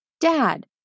Dad